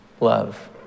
love